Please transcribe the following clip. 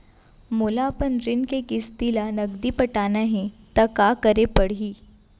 मोला अपन ऋण के किसती ला नगदी पटाना हे ता का करे पड़ही?